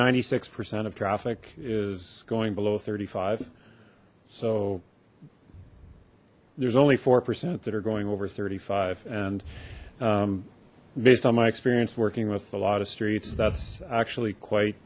ninety six percent of traffic is going below thirty five so there's only four percent that are going over thirty five and based on my experience working with a lot of streets that's actually quite